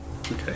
Okay